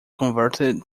converted